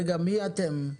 רגע מי אתם?